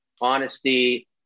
honesty